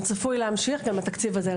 הוא צפוי להמשיך גם בתקציב הזה,